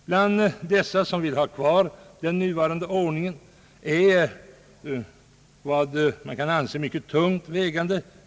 Bland de remissinstanser som vill ha kvar den nuvarande ordningen finns många som måste anses mycket tungt vägande.